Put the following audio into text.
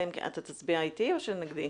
אלא אם כן אתה תצביע איתי או שנגדי,